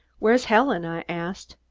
where's helen? i asked.